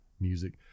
music